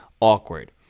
Awkward